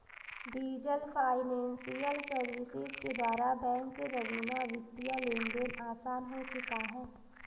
diesel financial services के द्वारा bank रवीना वित्तीय लेनदेन आसान हो चुका है